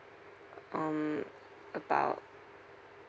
um about